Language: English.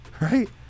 right